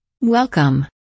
Welcome